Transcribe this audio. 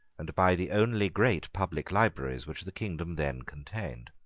and by the only great public libraries which the kingdom then contained.